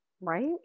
Right